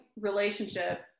relationship